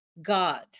God